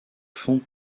fonds